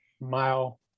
mile